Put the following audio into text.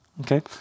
Okay